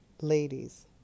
ladies